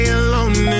alone